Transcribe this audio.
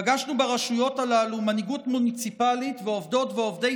פגשנו ברשויות הללו מנהיגות מוניציפלית ועובדות ועובדי